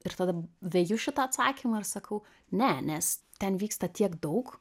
ir tada veju šitą atsakymą ir sakau ne nes ten vyksta tiek daug